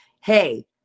hey